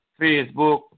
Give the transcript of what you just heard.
Facebook